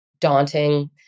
daunting